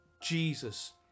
Jesus